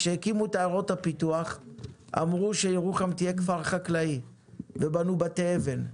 כשהקימו את עיירות הפיתוח אמרו שירוחם תהיה כפר חקלאי ובנו בתי אבן,